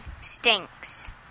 stinks